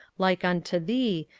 like unto thee,